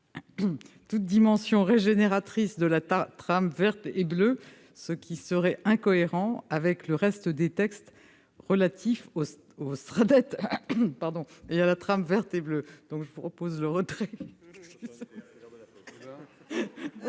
toute dimension régénératrice de la trame verte et bleue, ce qui est incohérent avec les autres textes relatifs aux Sraddet et